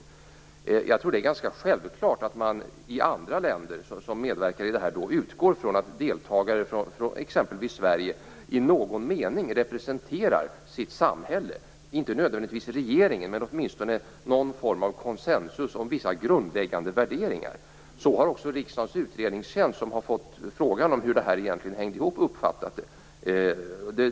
Jag tror att det är ganska självklart att man i andra länder som medverkar utgår från att deltagare från exempelvis Sverige i någon mening representerar sitt samhälle, inte nödvändigtvis regeringen men åtminstone någon form av konsensus om vissa grundläggande värderingar. Så har också Riksdagens utredningstjänst som fått frågan hur detta egentligen hängde ihop uppfattat det.